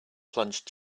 plunge